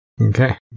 Okay